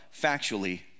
factually